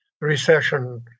recession